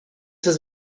has